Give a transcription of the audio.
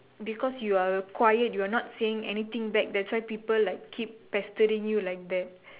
because you are quiet you are not saying anything back that's why people like keep pestering you like that